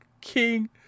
King